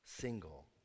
single